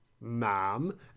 Ma'am